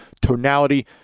tonality